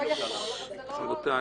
דרך אגב,